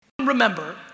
remember